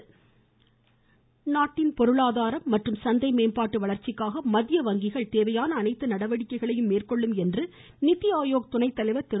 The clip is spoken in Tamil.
நிதிஆயோக் துணை தலைவர் நாட்டின் பொருளாதார மற்றும் சந்தை மேம்பாட்டு வளர்ச்சிக்காக மத்திய வங்கிகள் தேவையான அனைத்து நடவடிக்கைகளையும் மேற்கொள்ளும் என்று நிதி ஆயோக் துணைத்தலைவர் திரு